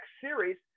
series